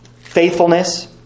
faithfulness